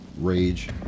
rage